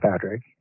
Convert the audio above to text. Patrick